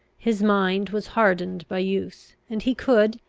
his mind was hardened by use, and he could,